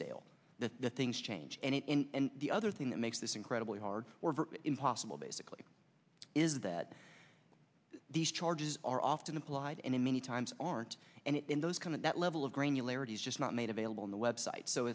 stale the things change and it and the other thing that makes this incredibly hard or impossible basically is that these charges are often applied and in many times aren't and in those kind of that level of granularity is just not made available on the web site so